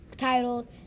Titled